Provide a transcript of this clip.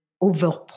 over